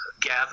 gather